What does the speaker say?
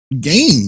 game